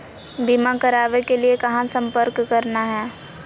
बीमा करावे के लिए कहा संपर्क करना है?